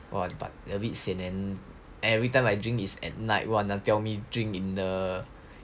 !wah! but a bit sian leh every time I drink is at night [one] tell me drink in the